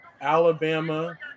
Alabama